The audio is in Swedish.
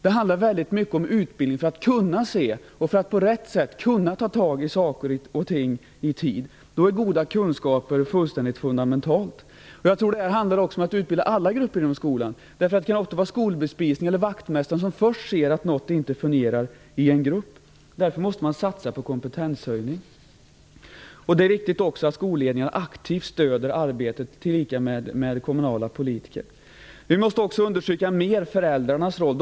Det handlar väldigt mycket om utbildning för att kunna se och på rätt sätt kunna ta tag i saker och ting i tid. Då är det fundamentalt med goda kunskaper. Jag tror att det handlar om att utbilda alla grupper inom skolan. Det är ofta vaktmästarna eller personalen inom skolbespisningen som först ser att något inte fungerar i en grupp. Därför måste man satsa på kompetenshöjning. Det är riktigt att skolledningen aktivt stöder arbetet, tillika med kommunala politiker. Men vi måste mer undersöka föräldrarnas roll.